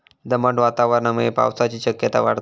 दमट वातावरणामुळे पावसाची शक्यता वाढता